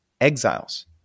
exiles